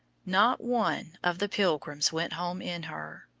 not one of the pilgrims went home in her.